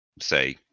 say